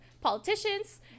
politicians